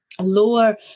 lower